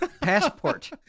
Passport